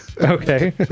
Okay